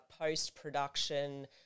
post-production